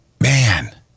man